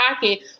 pocket